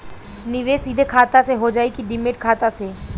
निवेश सीधे खाता से होजाई कि डिमेट खाता से?